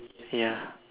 ya